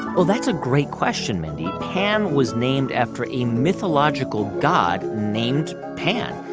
well, that's a great question, mindy. pan was named after a mythological god named pan.